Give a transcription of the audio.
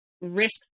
risk